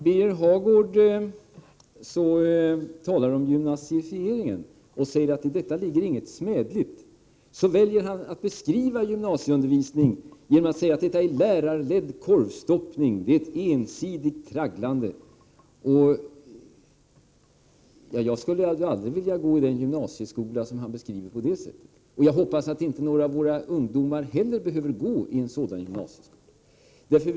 Birger Hagård säger att det i talet om gymnasifieringen inte ligger något smädligt, men han väljer att beskriva gymnasiundervisningen så, att det är lärarledd korvstoppning och ett ensidigt tragglande. Jag skulle då aldrig vilja gå i den gymnasieskola som Birger Hagård beskriver på det sättet, och jag hoppas att inte heller några av våra ungdomar behöver gå i en sådan skola.